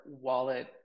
wallet